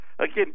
Again